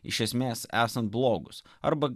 iš esmės esant blogus arba